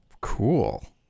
Cool